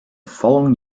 following